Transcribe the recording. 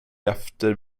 efter